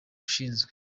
ushinzwe